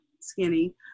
skinny